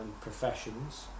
professions